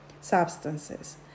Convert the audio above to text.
substances